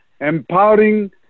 empowering